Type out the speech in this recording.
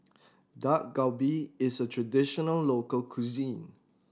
Dak Galbi is a traditional local cuisine